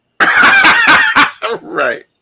Right